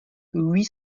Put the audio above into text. huit